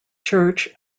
church